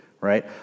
Right